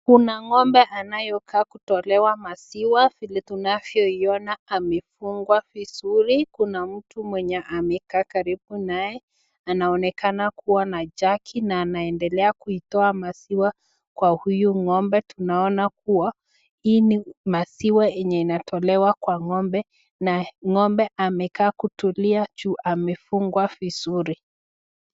Kuna ngombe anayokaa kutolewa maziwa, vile tunavyo ona amefungiwa vizuri, kuna mtu mwenye amekaa karibu naye, anaonekana kuwa na jagi na anaendelea kuitoa maziwa kwa huyu ngombe, tunaona kuwa, hii ni maziwa inayotolewa kwa ngombe na ngombe amekaa kutulia juu amefungiwa vizuri.